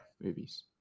movies